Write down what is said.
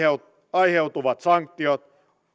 aiheutuvat sanktiot